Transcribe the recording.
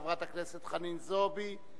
חברת הכנסת חנין זועבי,